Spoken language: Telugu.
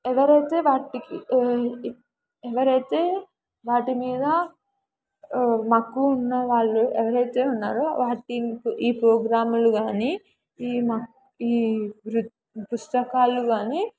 ఎవరైతే వాటికి ఎవరైతే వాటి మీద మక్కువ ఉన్న వాళ్ళు ఎవరైతే ఉన్నారో వాటి ఈ ప్రోగ్రాములు గానీ ఈ ఈ వృత్ పుస్తకాలు గానీ